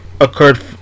occurred